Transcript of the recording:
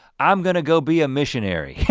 i'm gonna go be a missionary. yeah